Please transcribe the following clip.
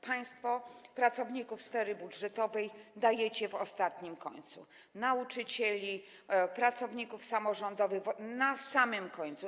Państwo pracowników sfery budżetowej uwzględniacie na samym końcu - nauczycieli, pracowników samorządowych na samym końcu.